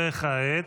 וכעת?